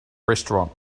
restaurant